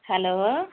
hello